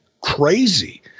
crazy